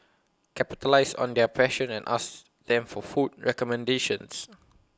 capitalise on their passion and ask them for food recommendations